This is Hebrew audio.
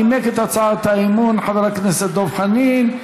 נימק את הצעת האי-אמון חבר הכנסת דב חנין.